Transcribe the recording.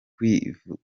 kwivuza